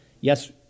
Yes